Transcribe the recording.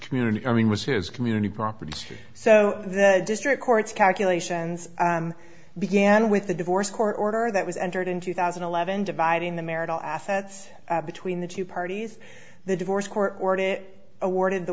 community coming was his community property so the district courts calculations began with the divorce court order that was entered in two thousand and eleven dividing the marital assets between the two parties the divorce court ordered it awarded the